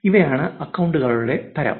ഇവയാണ് അക്കൌണ്ടുകളുടെ തരം